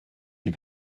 die